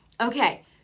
Okay